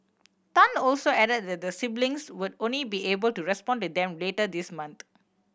Tan also added that the siblings would only be able to respond to them later this month